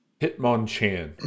Hitmonchan